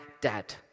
dad